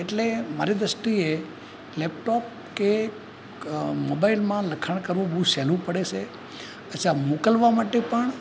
એટલે મારી દૃષ્ટિએ લૅપટૉપ કે મોબાઈલમાં લખાણ કરવું બહુ સહેલું પડે છે અચ્છા મોકલવા માટે પણ